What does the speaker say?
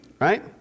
right